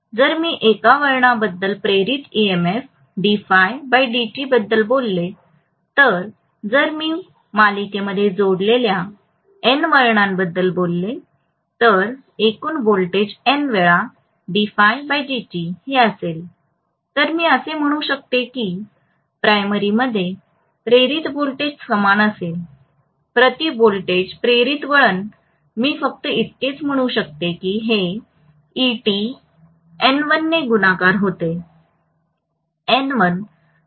जर मी एका वळणाबद्दल प्रेरित ईएमएफ बद्दल बोललो तर जर मी मालिकेमध्ये जोडलेल्या एन वळणांबद्दल बोललो तर एकूण व्होल्टेज N वेळा हे असेल तर मी असे म्हणू शकतो की प्राइमरीमध्ये प्रेरित व्होल्टेज समान असेल प्रति व्होल्टेज प्रेरित वळण मी फक्त इतकेच म्हणू शकतो की हे ET N1 ने गुणाकार होते